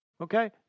Okay